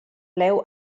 leu